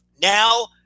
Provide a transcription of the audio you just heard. now